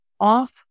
off